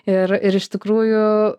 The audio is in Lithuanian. ir ir iš tikrųjų